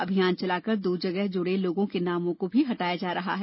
अभियान चलाकर दो जगह जुड़े लोगों के नामों को भी हटाया जा रहा है